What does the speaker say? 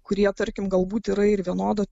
kurie tarkim galbūt yra ir vienodo